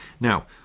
now